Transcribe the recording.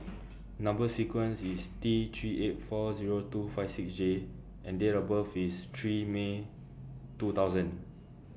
Number sequence IS T three eight four Zero two five six J and Date of birth IS three May two thousand